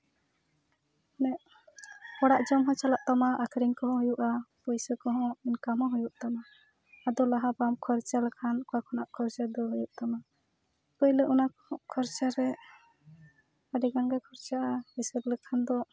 ᱚᱲᱟᱜ ᱡᱚᱢ ᱦᱚᱸ ᱪᱟᱞᱟᱜ ᱛᱟᱢᱟ ᱟᱹᱠᱷᱨᱤᱧ ᱠᱚᱦᱚᱸ ᱦᱩᱭᱩᱜᱼᱟ ᱯᱚᱭᱥᱟᱹ ᱠᱚᱦᱚᱸ ᱤᱱᱠᱟᱢ ᱦᱚᱸ ᱦᱩᱭᱩᱜ ᱛᱟᱢᱟ ᱟᱫᱚ ᱞᱟᱦᱟ ᱵᱟᱢ ᱠᱷᱚᱨᱪᱟ ᱞᱮᱠᱷᱟᱱ ᱚᱠᱟ ᱠᱷᱚᱱᱟᱜ ᱠᱷᱚᱨᱪᱟ ᱫᱚ ᱦᱩᱭᱩᱜ ᱛᱟᱢᱟ ᱯᱳᱭᱞᱳ ᱚᱱᱟ ᱠᱷᱚᱨᱪᱟ ᱨᱮ ᱟᱹᱰᱤᱜᱟᱱ ᱜᱮ ᱠᱷᱚᱨᱪᱟᱜᱼᱟ ᱦᱤᱥᱟᱹᱵᱽ ᱞᱮᱠᱷᱟᱱ ᱫᱚ